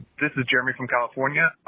this is jeremy from california.